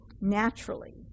naturally